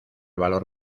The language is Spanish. valor